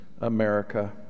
America